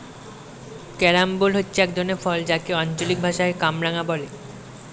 carambola হচ্ছে এক ধরনের ফল যাকে আঞ্চলিক ভাষায় কামরাঙা বলে